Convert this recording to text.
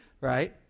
Right